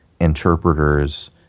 interpreters